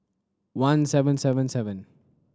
one seven seven seven